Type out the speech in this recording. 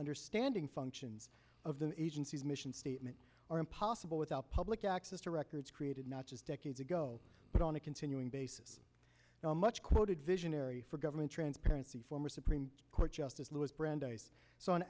and standing functions of the agency's mission statement are impossible without public access to records created not just decades ago but on a continuing basis now much quoted visionary for government transparency former supreme court justice louis brandeis so an